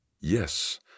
Yes